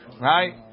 right